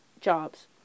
jobs